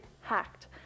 hacked